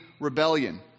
rebellion